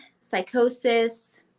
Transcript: psychosis